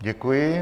Děkuji.